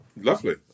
Lovely